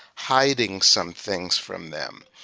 hiding some things from them.